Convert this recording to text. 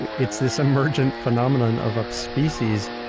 but it's this emergent phenomenon of a species,